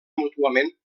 mútuament